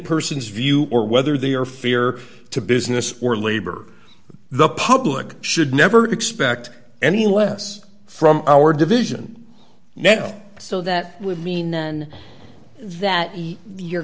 person's view or whether they are fair to business or labor the public should never expect any less from our division now so that would mean then that